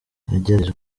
nagerageje